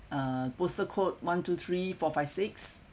uh postal code one two three four five six